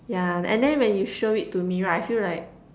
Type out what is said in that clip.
yeah and then when you show it to me right I feel like